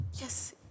Yes